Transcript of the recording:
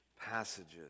passages